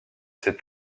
ses